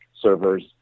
servers